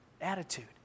attitude